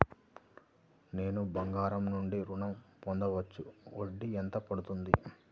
నేను బంగారం నుండి ఋణం పొందవచ్చా? వడ్డీ ఎంత పడుతుంది?